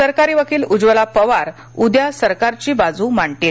सरकारी वकील उज्ज्वला पवार उद्या सरकारची बाजू मांडतील